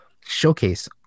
showcase